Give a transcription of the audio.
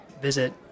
visit